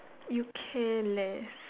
you can leh